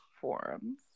forums